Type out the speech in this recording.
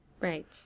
Right